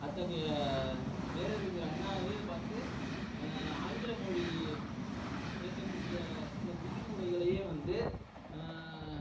அத்தகைய பேரறிஞர் அண்ணாவை பார்த்து ஆங்கிலம் மொழி பேசக்கூடிய சில விதிமுறைகளை வந்து